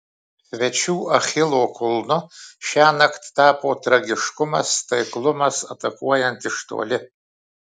svečių achilo kulnu šiąnakt tapo tragiškumas taiklumas atakuojant iš toli